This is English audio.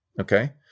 Okay